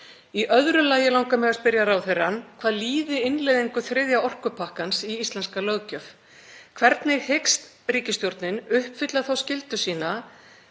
Í öðru lagi langar mig að spyrja ráðherrann hvað líði innleiðingu þriðja orkupakkans í íslenska löggjöf. Hvernig hyggst ríkisstjórnin uppfylla þá skyldu sína,